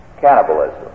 cannibalism